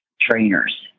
trainers